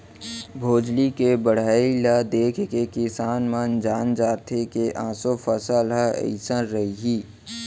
भोजली के बड़हई ल देखके किसान मन जान जाथे के ऑसो फसल ह अइसन रइहि